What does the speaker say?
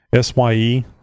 SYE